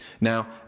Now